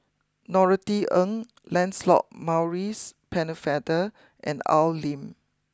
Norothy Ng Lancelot Maurice Pennefather and Al Lim